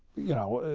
you know,